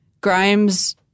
Grimes